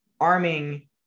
arming